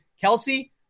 Kelsey